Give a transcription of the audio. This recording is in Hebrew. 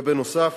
בנוסף,